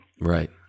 right